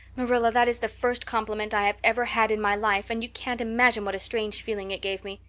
marilla, that is the first compliment i have ever had in my life and you can't imagine what a strange feeling it gave me.